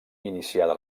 iniciada